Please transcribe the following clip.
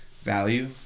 value